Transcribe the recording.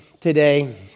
today